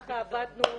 כך עבדנו,